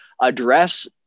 address